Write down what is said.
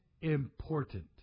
important